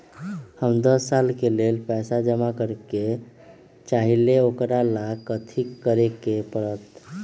हम दस साल के लेल पैसा जमा करे के चाहईले, ओकरा ला कथि करे के परत?